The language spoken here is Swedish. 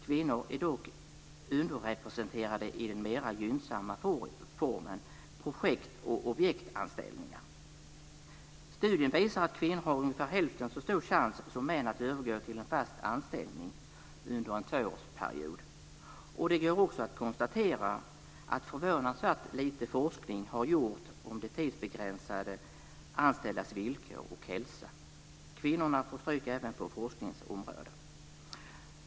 Kvinnor är dock underrepresenterade i den mer gynnsamma formen projektoch objektsanställningar. Studien visar att kvinnor har ungefär hälften så stor chans som män att övergå till en fast anställning under en tvåårsperiod. Det går också att konstatera att förvånansvärt lite forskning har gjorts om de tidsbegränsat anställdas villkor och hälsa. Kvinnorna får ta stryk även på forskningsområdet.